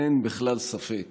אין בכלל ספק